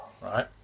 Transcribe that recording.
Right